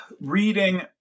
reading